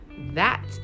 That